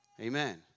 Amen